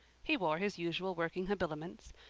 he wore his usual working habiliments,